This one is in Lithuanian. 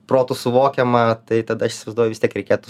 protu suvokiama tai tada aš įsivaizduoju vis tiek reikėtų